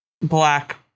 black